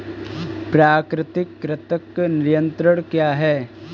प्राकृतिक कृंतक नियंत्रण क्या है?